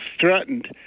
threatened